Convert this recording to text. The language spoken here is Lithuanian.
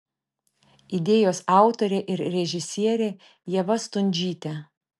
idėjos autorė ir režisierė ieva stundžytė